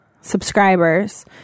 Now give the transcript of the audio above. subscribers